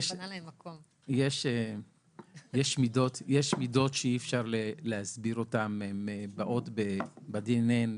יש מידות שאי אפשר להסביר אותן, והן באות ב-DNA,